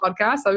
podcast